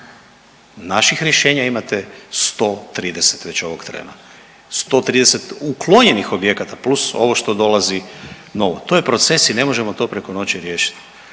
Naših rješenja imate 130 već ovog trena. 130 uklonjenih objekata + ovo što dolazi novo. To je proces i ne možemo to preko noći riješiti,